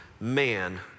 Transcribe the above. man